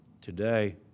today